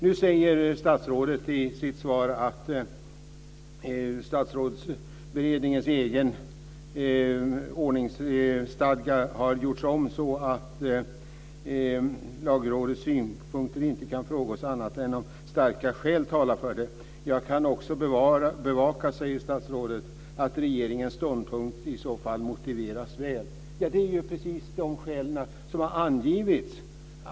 Nu säger statsrådet i sitt svar att Statsrådsberedningens egen ordningsstadga har gjorts om så att Lagrådets synpunkter inte kan frångås annat än om starka skäl talar för det. Jag kan också bevaka, säger statsrådet, att regeringens ståndpunkt i så fall motiveras väl. Det är ju precis de skäl som har angivits.